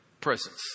presence